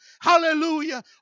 Hallelujah